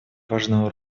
важную